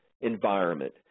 environment